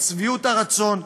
את שביעות הרצון,